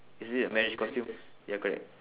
is it a marriage costume ya correct